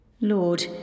Lord